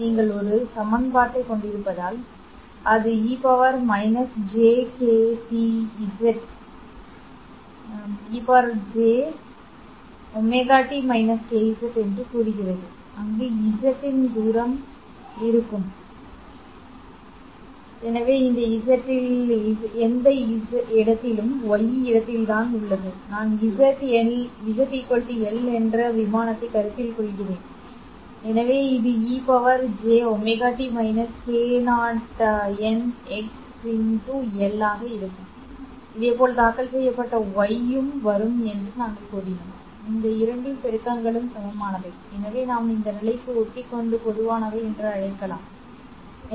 நீங்கள் ஒரு சமன்பாட்டைக் கொண்டிருப்பதால் அது ej என்று கூறுகிறது அங்கு z இன் தூரம் இருக்கும் பரப்புதல் எனவே z எந்த இடத்திலும் y இடத்தில்தான் உள்ளது நான் z L என்ற விமானத்தை கருத்தில் கொள்கிறேன் எனவே இது e j ωt k 0nxL ஆக இருக்கும் இதேபோல் தாக்கல் செய்யப்பட்ட y யும் வரும் என்று நாங்கள் கூறினோம் இந்த இரண்டின் பெருக்கங்களும் சமமானவை எனவே நாம் அந்த நிலைக்கு ஒட்டிக்கொண்டு பொதுவானவை என்று அழைக்கலாம் A ஆக வீச்சு